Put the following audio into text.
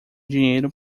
dinheiro